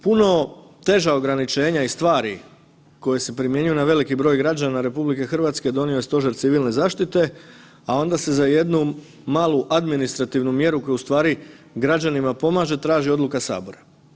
Puno teža ograničenja i stvari koje se primjenjuju na veliki broj građana RH donio je Stožer civilne zaštite, a onda se za jednu malu administrativnu mjeru koja u stvari građanima pomaže, traži odluka sabora.